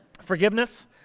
Forgiveness